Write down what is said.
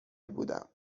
بودم